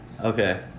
Okay